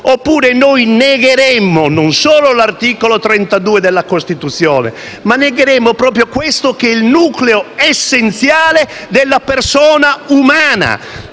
oppure negheremmo non solo l'articolo 32 della Costituzione, ma proprio questo, che è il nucleo essenziale della persona umana.